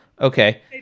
Okay